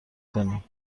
کنیم